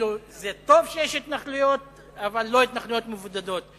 כאילו זה טוב שיש התנחלויות אבל לא התנחלויות מבודדות.